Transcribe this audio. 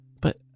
But